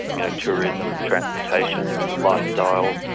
you know, tourism, transportation, lifestyle,